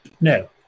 no